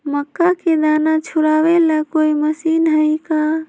मक्का के दाना छुराबे ला कोई मशीन हई का?